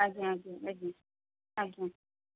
ଆଜ୍ଞା ଆଜ୍ଞା ଆଜ୍ଞା ଆଜ୍ଞା